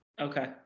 Okay